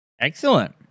Excellent